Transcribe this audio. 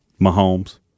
Mahomes